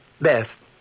Beth